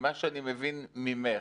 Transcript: ממה שאני מבין ממך,